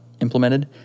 implemented